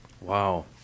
Wow